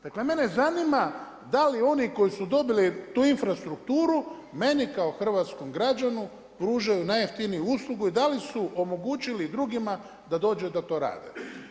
Dale mene zanima da li oni koji su dobili tu infrastrukturu meni kao hrvatskom građanu pružaju najjeftiniju uslugu i da li su omogućili drugima da dođe da to rade.